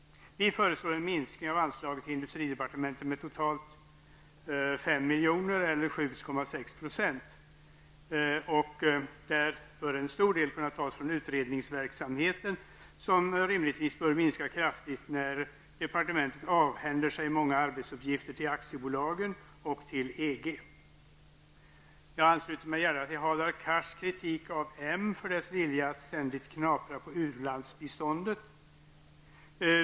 Vi föreslår en minskning av anslaget till industridepartementet med totalt 5 milj.kr. eller 7,6 %, varav en stor del bör kunna tas från utredningsverksamheten, som rimligen bör minskas kraftigt när departementet avhänder sig många arbetsuppgifter till aktiebolagen och till EG. Jag ansluter mig till Hadar Cars kritik av moderata samlingspartiet för dess vilja att ständigt knapra på u-landsbiståndet.